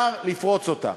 אפשר לפרוץ אותו.